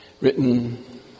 written